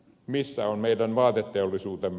missä on meidän vaateteollisuutemme